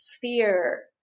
fear